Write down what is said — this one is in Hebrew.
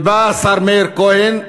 בא השר מאיר כהן,